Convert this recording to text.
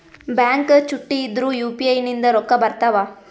Bank ಚುಟ್ಟಿ ಇದ್ರೂ UPI ನಿಂದ ರೊಕ್ಕ ಬರ್ತಾವಾ?